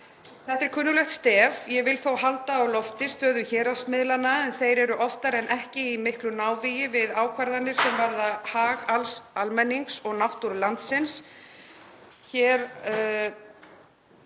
Þetta er kunnuglegt stef. Ég vil þó halda á lofti stöðu héraðsmiðlanna, en þeir eru oftar en ekki í miklu návígi við ákvarðanir sem varða hag alls almennings og náttúru landsins. Hér